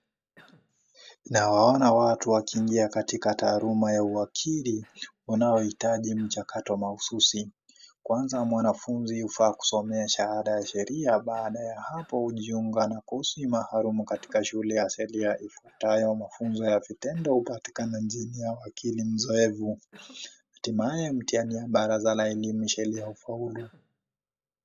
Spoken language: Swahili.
Nawaona watu wakiingia katika taaluma ya uwakili wanaohitaji mchakato mahususi, kwanza mwanafunzi hufaa kusomea shahada ya sheria baada ya hapo hujiunga na kosi maalumu katika shule ya sheria ifuatayo mafunzo ya vitendo katika nanjini ya wakili mzoevu, hatimaye mtihani ya baraza la elimu sheria hufaulu.